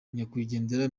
nyakwigendera